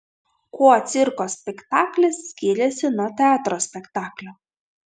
kuo cirko spektaklis skiriasi nuo teatro spektaklio